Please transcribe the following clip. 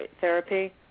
therapy